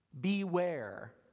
beware